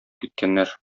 киткәннәр